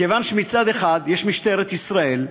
כיוון שמצד אחד יש משטרת ישראל,